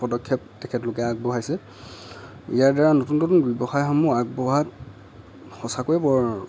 পদক্ষেপ তেখেতলোকে আগবঢ়াইছে ইয়াৰ দ্বাৰা নতুন নতুন ব্যৱসায়সমূহ আগবঢ়াত সঁচাকৈ বৰ